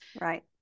Right